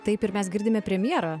taip ir mes girdime premjerą